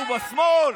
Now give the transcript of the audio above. אבל אם אנחנו בשמאל,